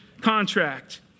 contract